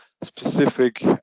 specific